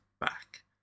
back